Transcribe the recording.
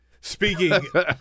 Speaking